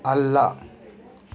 ಅಲ್ಲ